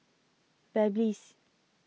Babyliss